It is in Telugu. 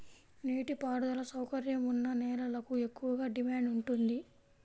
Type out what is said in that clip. నీటి పారుదల సౌకర్యం ఉన్న నేలలకు ఎక్కువగా డిమాండ్ ఉంటుంది